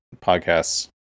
podcasts